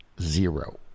zero